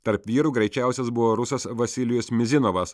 tarp vyrų greičiausias buvo rusas vasilijus mizinovas